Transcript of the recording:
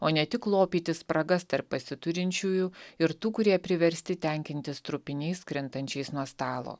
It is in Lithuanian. o ne tik lopyti spragas tarp pasiturinčiųjų ir tų kurie priversti tenkintis trupiniais krintančiais nuo stalo